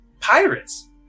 Pirates